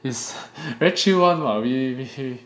he's very chill [one] [what] we we